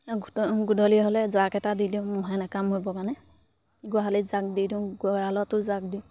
গোট গধূলি হ'লে জাক এটা দি দিওঁ মহে নেকামুৰিবৰ কাৰণে গোহালিত জাক দি দিওঁ গঁৰালতো জাক দিওঁ